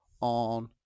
on